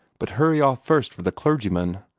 but hurry off first for the clergyman.